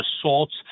assaults